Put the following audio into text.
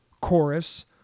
chorus